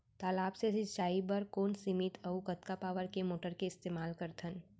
तालाब से सिंचाई बर कोन सीमित अऊ कतका पावर के मोटर के इस्तेमाल करथन?